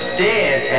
dead